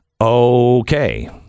Okay